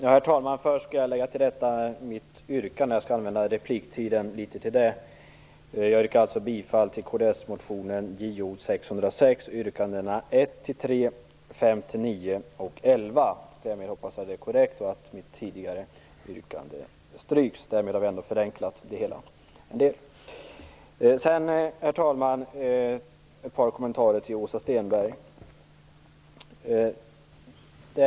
Herr talman! Först vill jag korrigera mitt yrkande. Jag yrkar alltså bifall till kds-motionen Jo606, yrkandena 1-3, 5-9 och 11. Därmed hoppas jag att mitt yrkande är korrekt och att det tidigare yrkandet stryks. Då har vi förenklat det hela. Herr talman! Jag vill göra ett par kommentarer till Åsa Stenbergs anförande.